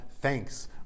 thanks